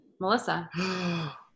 Melissa